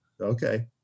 Okay